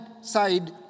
side